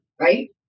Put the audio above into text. right